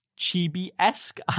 chibi-esque